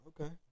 Okay